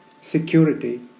security